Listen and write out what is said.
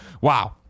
wow